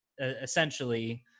essentially